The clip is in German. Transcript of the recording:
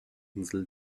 insel